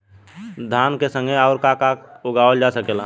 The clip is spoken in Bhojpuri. धान के संगे आऊर का का उगावल जा सकेला?